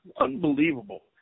Unbelievable